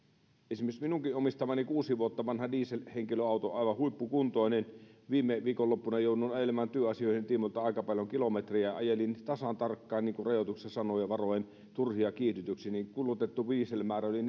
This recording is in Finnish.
esimerkiksi minunkin omistamani kuusi vuotta vanha dieselhenkilöauto aivan huippukuntoinen viime viikonloppuna jouduin ajelemaan työasioiden tiimoilta aika paljon kilometrejä ajelin tasan tarkkaan niin kuin rajoituksessa sanoo ja varoen turhia kiihdytyksiä ja kulutettu dieselmäärä oli